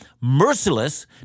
merciless